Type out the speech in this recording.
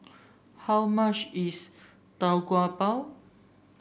how much is Tau Kwa Pau